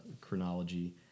chronology